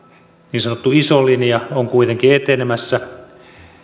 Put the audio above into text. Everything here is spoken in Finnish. niin sanottu iso linja on kuitenkin etenemässä